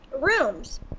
rooms